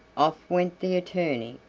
off went the attorney.